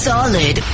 Solid